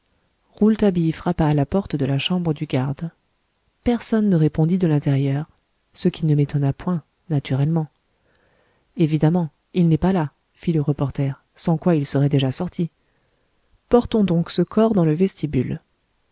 rouletabille frappa à la porte de la chambre du garde personne ne répondit de l'intérieur ce qui ne m'étonna point naturellement évidemment il n'est pas là fit le reporter sans quoi il serait déjà sorti portons donc ce corps dans le vestibule